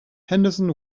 henderson